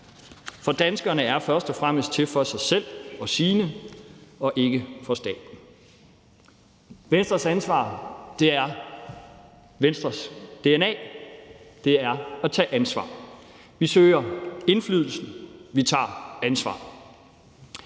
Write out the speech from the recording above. For danskerne er først og fremmest til for sig selv og sine og ikke for staten. At tage ansvar ligger i Venstres dna. Vi søger indflydelse. Vi tager ansvar.